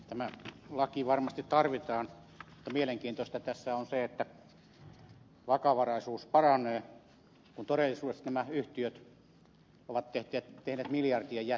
tämä laki varmasti tarvitaan mutta mielenkiintoista tässä on se että vakavaraisuus paranee kun todellisuudessa nämä yhtiöt ovat tehneet miljardien jättitappiot